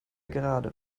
gerade